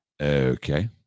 okay